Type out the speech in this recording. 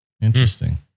Interesting